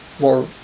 more